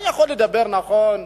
נכון,